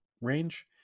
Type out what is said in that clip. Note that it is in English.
range